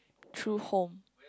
true home